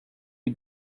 you